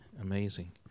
amazing